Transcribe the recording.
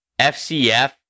FCF